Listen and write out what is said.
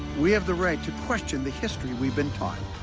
we have the right to question the history we've been taught,